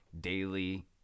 daily